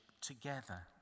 together